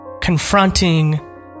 confronting